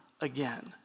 again